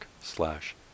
slash